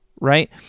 right